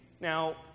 Now